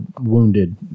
wounded